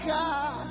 God